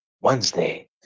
Wednesday